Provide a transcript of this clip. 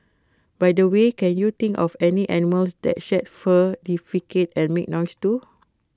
by the way can you think of any animals that shed fur defecate and make noise too